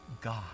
God